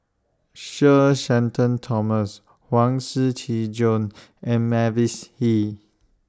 Sir Shenton Thomas Huang Shiqi Joan and Mavis Hee